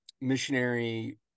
missionary